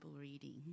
reading